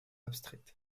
abstraites